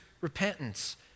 repentance